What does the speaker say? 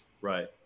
right